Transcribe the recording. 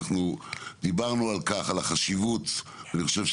דיברנו על החשיבות של כך,